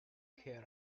care